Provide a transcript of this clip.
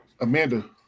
Amanda